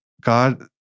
God